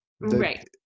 Right